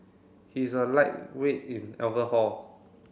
he is a lightweight in alcohol